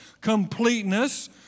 completeness